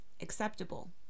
acceptable